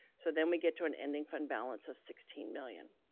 so then we get to an ending fund balance of sixteen million.